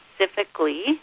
specifically